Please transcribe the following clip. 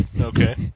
Okay